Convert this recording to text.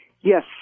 Yes